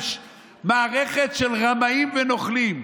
מערכת של רמאים ונוכלים.